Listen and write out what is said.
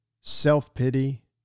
Self-pity